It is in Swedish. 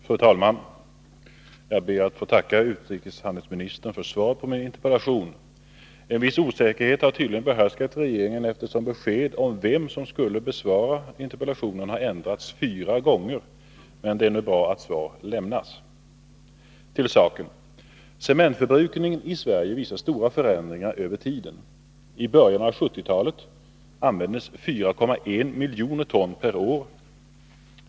Fru talman! Jag ber att få tacka utrikeshandelsministern för svaret på min interpellation. En viss osäkerhet har tydligen behärskat regeringen, eftersom beskedet om vem som skulle besvara interpellationen har ändrats fyra gånger. Men det är bra att svar nu har lämnats. Till saken. Cementförbrukningen i Sverige visar stora förändringar över tiden. I början av 1970-talet användes 4,1 miljoner ton cement per år.